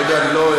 אתה יודע, אני לא,